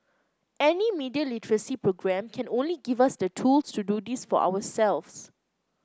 any media literacy programme can only give us the tools to do this for ourselves